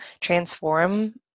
transform